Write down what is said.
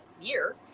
year